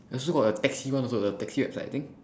still got the taxi one also the taxi website I think